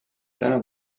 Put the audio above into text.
täna